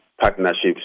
partnerships